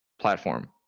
platform